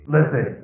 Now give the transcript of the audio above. Listen